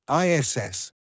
ISS